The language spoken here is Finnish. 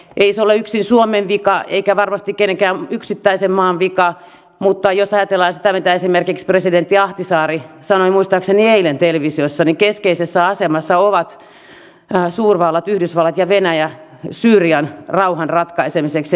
ei se ole yksin suomen vika eikä varmasti kenenkään yksittäisen maan vika mutta jos ajatellaan sitä mitä esimerkiksi presidentti ahtisaari sanoi muistaakseni eilen televisiossa niin keskeisessä asemassa ovat suurvallat yhdysvallat ja venäjä syyrian rauhan ratkaisemiseksi